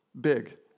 Big